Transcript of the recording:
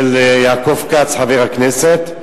של יעקב כץ, חבר הכנסת.